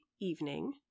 evening